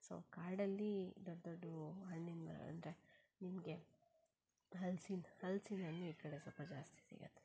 so ಕಾಡಲ್ಲಿ ದೊಡ್ಡ ದೊಡ್ಡ ಹಣ್ಣಿನ ಮರ ಅಂದರೆ ನಿಮಗೆ ಹಲ್ಸಿನ ಹಲಸಿನ ಹಣ್ಣು ಈ ಕಡೆ ಸ್ವಲ್ಪ ಜಾಸ್ತಿ ಸಿಗುತ್ತೆ